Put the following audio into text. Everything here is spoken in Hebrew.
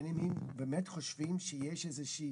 עברייני מין באמת חושבים שיש איזשהו